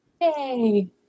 Yay